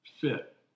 fit